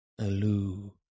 Aloo